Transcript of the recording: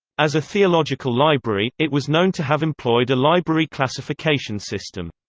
as a theological library, it was known to have employed a library classification system.